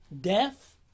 Death